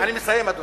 אני מסיים, אדוני.